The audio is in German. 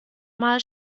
mal